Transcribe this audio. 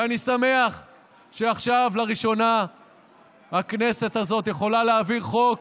ואני שמח שעכשיו לראשונה הכנסת הזאת יכולה להעביר חוק